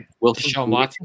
Wilson